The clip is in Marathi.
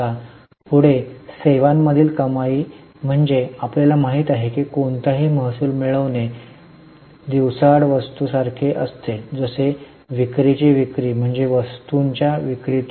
पुढे सेवांमधील कमाई म्हणजे आपल्याला माहित आहे की कोणताही महसूल मिळविणे दिवसाआड वस्तू सारखे असते जसे विक्रीची विक्री म्हणजे वस्तूंच्या विक्री तून